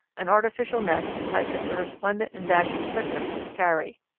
an artificial nest entices the resplendent and dashing flicker to tarry.